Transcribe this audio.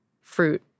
fruit